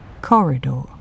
corridor